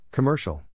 Commercial